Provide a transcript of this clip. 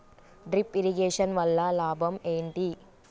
Drip irrigation వల్ల లాభం ఏంటి?